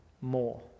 more